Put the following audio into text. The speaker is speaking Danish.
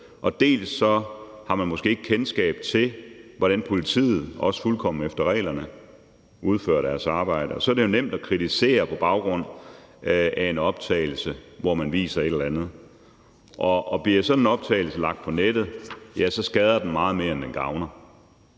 dels har man måske ikke kendskab til, hvordan politiet – også fuldkommen efter reglerne – udfører sit arbejde. Og så er det jo nemt at kritisere på baggrund af en optagelse, hvor man viser et eller andet. Bliver sådan en optagelse lagt på nettet, skader den meget mere, end den gavner.